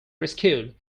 rescued